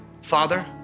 Father